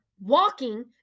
walking